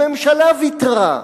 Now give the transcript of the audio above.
הממשלה ויתרה.